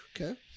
okay